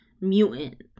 mutant